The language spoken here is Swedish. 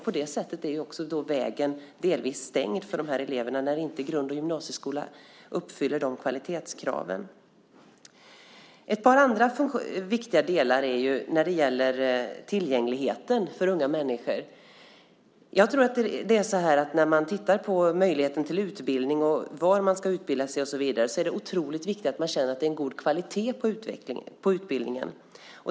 På det sättet är också vägen delvis stängd för de här eleverna när inte grund och gymnasieskolan uppfyller kvalitetskraven. Det finns några andra viktiga delar när det gäller tillgängligheten till högskolan för unga människor. Jag tror att det, när man tittar på möjligheten till utbildning, var man ska utbilda sig och så vidare, är otroligt viktigt att man känner att det är en god kvalitet på utbildningen.